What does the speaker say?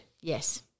Yes